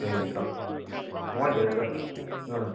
ꯑꯦ ꯆꯣ ꯅꯨꯡꯉꯥꯏꯅ ꯂꯩꯌꯨ ꯆꯣ ꯎꯝ